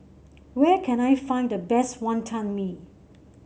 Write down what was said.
where can I find the best Wantan Mee